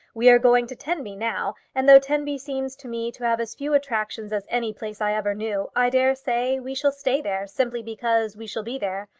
we are going to tenby now, and though tenby seems to me to have as few attractions as any place i ever knew, i daresay we shall stay there, simply because we shall be there.